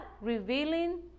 revealing